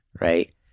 Right